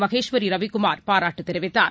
Maheswari Ravikumar பாராட்டுதெரிவித்தார்